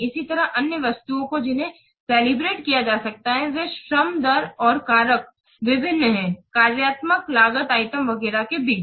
इसी तरह अन्य वस्तुओं को जिन्हें कैलिब्रेट किया जा सकता है वे श्रम दर और कारक विभिन्न है कार्यात्मक लागत आइटम वगैरह के बीच